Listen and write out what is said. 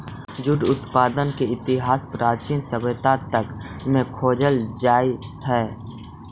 jute उत्पादन के इतिहास प्राचीन सभ्यता तक में खोजल जाइत हई